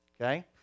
okay